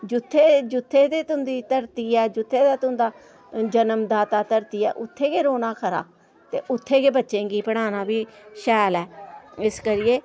जुत्थै जुत्थै दी तुं'दी धरती ऐ जुत्थै दा तुं'दा जनम दाता धरती ऐ उत्थै गै रौह्ना खरा ते उत्थै गै बच्चें गी पढ़ाना बी शैल ऐ इस करियै